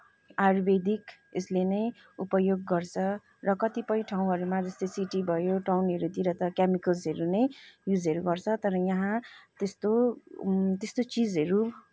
आयुर्वेदिक यसले नै उपयोग गर्छ र कतिपय ठाउँहरूमा जस्तै सिटी भयो टाउनहरूतिर त केमिकल्सहरू नै युजहरू गर्छ तर यहाँ त्यस्तो त्यस्तो चिजहरू